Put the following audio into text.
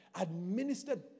Administered